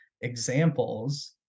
examples